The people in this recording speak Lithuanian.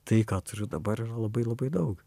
tai ką turiu dabar yra labai labai daug